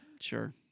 sure